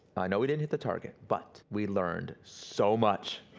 i know we didn't hit the target but we learned so much,